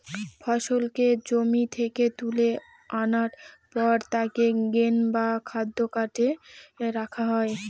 ফসলকে জমি থেকে তুলে আনার পর তাকে গ্রেন বা খাদ্য কার্টে রাখা হয়